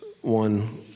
one